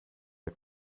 der